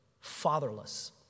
fatherless